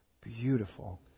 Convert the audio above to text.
beautiful